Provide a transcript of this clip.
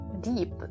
deep